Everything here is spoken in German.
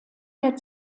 der